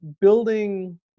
building